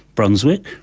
brunswick,